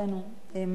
עם המוסדות.